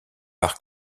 par